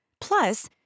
Plus